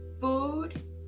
food